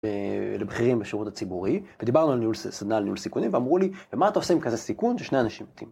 לבכירים בשירות הציבורי, ודיברנו על ניהול, סדנה לניהול סיכונים ואמרו לי ומה אתה עושה עם כזה סיכון ששני אנשים מתים?